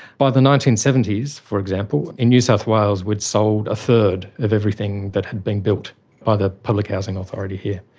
by the nineteen seventy s, for example, in new south wales we'd sold a third of everything that had been built by the public housing authority here.